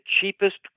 cheapest